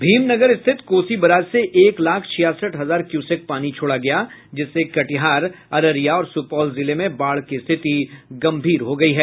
भीमनगर स्थित कोसी बराज से एक लाख छियासठ हजार क्यूसेक पानी छोड़ा गया जिससे कटिहार अररिया और सुपौल जिले में बाढ़ की स्थिति गंभीर हो गयी है